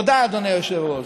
תודה, אדוני היושב-ראש.